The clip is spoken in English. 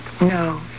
No